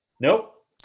nope